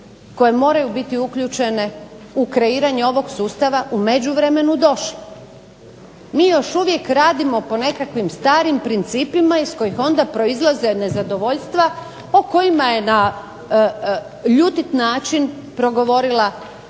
koje moraju biti uključene u kreiranje ovog sustava u međuvremenu došle. Mi još uvijek radimo po nekakvim starim principima iz kojih onda proizlaze nezadovoljstva o kojima je na ljutit način progovorila